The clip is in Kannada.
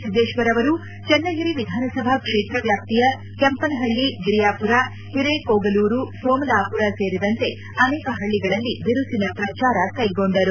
ಸಿದ್ದೇಶ್ವರ್ ಅವರು ಚನ್ನಗಿರಿ ವಿಧಾನಸಭಾ ಕ್ಷೇತ್ರ ವ್ಯಾಪ್ತಿಯ ಕೆಂಪನಹಳ್ಳಿ ಗಿರಿಯಾಪುರ ಹಿರೇಕೋಗಲೂರು ಸೋಮಲಾಪುರ ಸೇರಿದಂತೆ ಅನೇಕ ಹಳ್ಳಗಳಲ್ಲಿ ಬಿರುಸಿನ ಪ್ರಚಾರ ಕೈಗೊಂಡರು